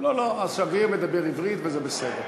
לא לא, השגריר מדבר עברית, וזה בסדר.